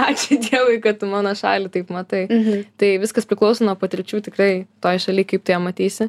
ačiū dievui kad tu mano šalį taip matai tai viskas priklauso nuo patirčių tikrai toj šaly kaip tu ją matysi